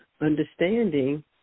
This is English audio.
understanding